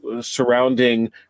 surrounding